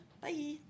bye